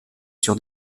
sur